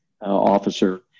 officer